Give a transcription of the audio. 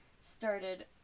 started